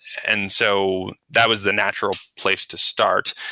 and so that was the natural place to start,